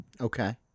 Okay